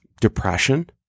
depression